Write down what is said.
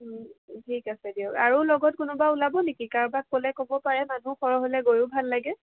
ঠিক আছে দিয়ক আৰু লগত কোনোবা ওলাব নেকি কাৰোবাক ক'লে ক'ব পাৰে মানুহ সৰহ হ'লে গৈয়ো ভাল লাগে